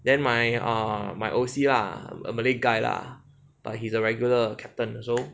then my ah my O_C ah a malay guy lah but he's a regular captain so